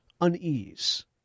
unease